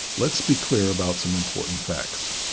let's be clear about some important facts.